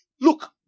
Look